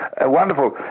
wonderful